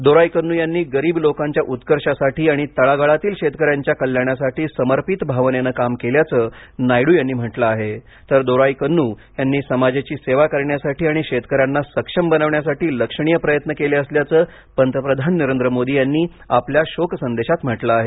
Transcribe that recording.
दोराईकन्न् यांनी गरीब लोकांच्या उत्कर्षासाठी आणि तळागाळातील शेतकऱ्यांच्या कल्याणासाठी समर्पित भावनेनं काम केल्याचं नायडू यांनी म्हटलं आहे तर दोराईकन्नू यांनी समाजाची सेवा करण्यासाठी आणि शेतकऱ्यांना सक्षम बनविण्यासाठी लक्षणीय प्रयत्न केले असल्याचं पंतप्रधान नरेंद्र मोदी यांनी आपल्या शोकसंदेशात म्हटलं आहे